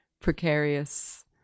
precarious